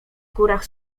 górach